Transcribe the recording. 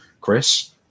Chris